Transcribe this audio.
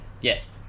Yes